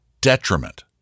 detriment